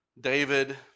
David